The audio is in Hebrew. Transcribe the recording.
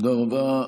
תודה רבה.